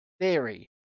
theory